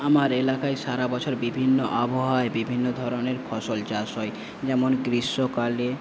আমার এলাকায় সারাবছর বিভিন্ন আবহাওয়ায় বিভিন্ন ধরনের ফসল চাষ হয় যেমন গ্রীষ্মকালে